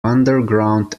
underground